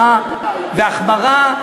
אפשר למנוע את הדבר הזה על-ידי הקשחה והחמרה,